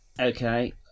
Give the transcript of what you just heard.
Okay